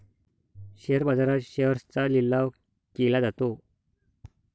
share बाजारात शेअर्सचा लिलाव केला जातो